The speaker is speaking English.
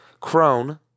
Crone